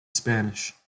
spanish